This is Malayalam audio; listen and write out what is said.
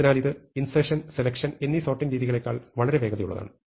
അതിനാൽ ഇത് ഇൻസെർഷൻ സെലെക്ഷൻ എന്നീ സോർട്ടിങ് രീതികളെക്കാൾ വളരെ വേഗതയുള്ളതാണ്